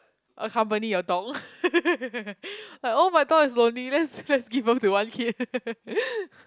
accompany your dog like oh my dog is lonely let's let's give birth to one kid